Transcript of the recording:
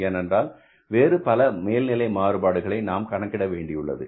ஏனென்றால் வேறு பல மேல்நிலை மாறுபாடுகளை நாம் கணக்கிட வேண்டியுள்ளது